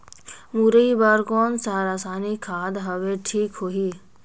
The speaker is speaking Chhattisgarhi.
मुरई बार कोन सा रसायनिक खाद हवे ठीक होही?